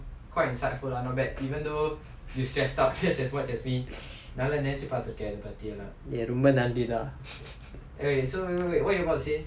eh ரொம்ப நன்றிடா:romba nandrida